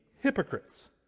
hypocrites